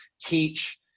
teach